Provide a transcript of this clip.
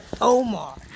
Omar